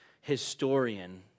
historian